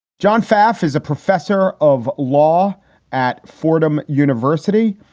john pfaff is a professor of law at fordham university.